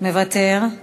מוותר,